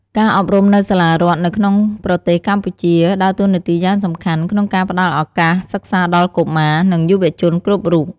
ការអប់រំនៅសាលារដ្ឋនៅក្នុងប្រទេសកម្ពុជាដើរតួនាទីយ៉ាងសំខាន់ក្នុងការផ្តល់ឱកាសសិក្សាដល់កុមារ និងយុវជនគ្រប់រូប។